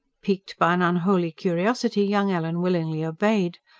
piqued by an unholy curiosity young ellen willingly obeyed.